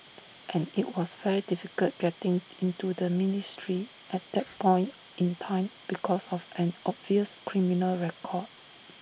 and IT was very difficult getting into the ministry at that point in time because of an obvious criminal record